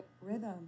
rhythm